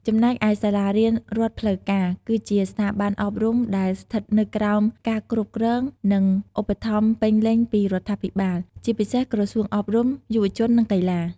ចំណែកឯសាលារៀនរដ្ឋផ្លូវការ គឺជាស្ថាប័នអប់រំដែលស្ថិតនៅក្រោមការគ្រប់គ្រង និងឧបត្ថម្ភពេញលេញពីរដ្ឋាភិបាល ជាពិសេសក្រសួងអប់រំ យុវជន និងកីឡា។